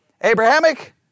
Abrahamic